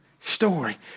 Story